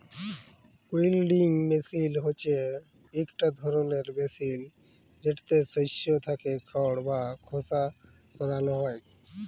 উইলউইং মেসিল হছে ইকট ধরলের মেসিল যেটতে শস্য থ্যাকে খড় বা খোসা সরানো হ্যয়